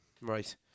Right